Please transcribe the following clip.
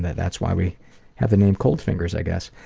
that's why we have the name cold fingers i guess.